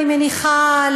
אני מניחה,